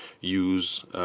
use